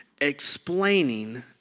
explaining